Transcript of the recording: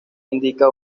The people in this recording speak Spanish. indica